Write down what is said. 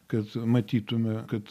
kad matytume kad